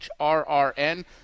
HRRN